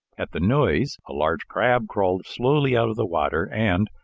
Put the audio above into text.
at the noise, a large crab crawled slowly out of the water and,